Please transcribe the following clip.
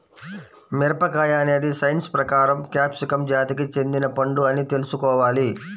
మిరపకాయ అనేది సైన్స్ ప్రకారం క్యాప్సికమ్ జాతికి చెందిన పండు అని తెల్సుకోవాలి